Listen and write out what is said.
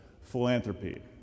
philanthropy